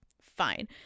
fine